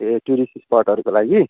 ए tourist स्पटहरूको लागि